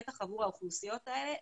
בטח עבור האוכלוסיות האלה,